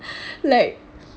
like